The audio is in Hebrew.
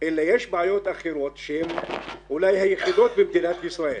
אלא יש בעיות אחרות שהן אולי היחידות במדינת ישראל.